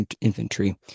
infantry